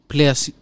Players